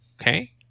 okay